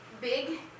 big